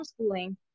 homeschooling